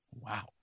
wow